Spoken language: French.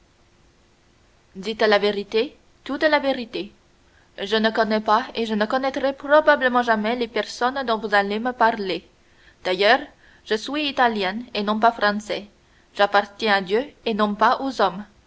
la vérité toute la vérité je ne connais pas et ne connaîtrai probablement jamais les personnes dont vous allez me parler d'ailleurs je suis italien et non pas français j'appartiens à dieu et non pas aux hommes